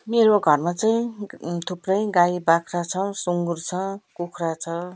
मेरो घरमा चाहिँ थुप्रै गाई बाख्रा छ सुँगुर छ कुखुरा छ